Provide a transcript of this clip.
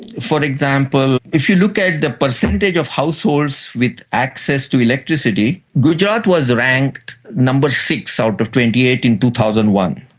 for example, if you look at the percentage of households with access to electricity, gujarat was ranked number six out of twenty eight in two thousand and one.